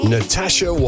Natasha